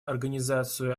организацию